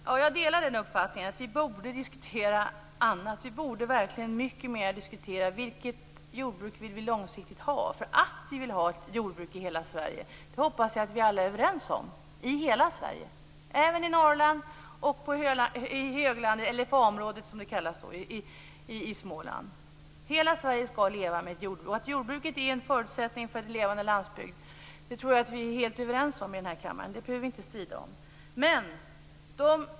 Fru talman! Jag delar uppfattningen att vi borde diskutera annat. Vi borde verkligen diskutera mycket mer vilket jordbruk vi vill ha långsiktigt. Jag hoppas att alla är överens om att vi vill ha ett jordbruk i hela LFA-området. Hela Sverige skall leva med ett jordbruk. Jag tror också att vi i kammaren är helt överens om att jordbruket är en förutsättning för en levande landsbygd. Det behöver vi inte strida om.